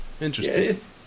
Interesting